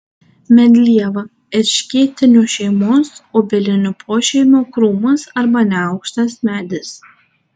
medlieva erškėtinių šeimos obelinių pošeimio krūmas arba neaukštas medis